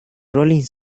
rolling